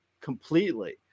completely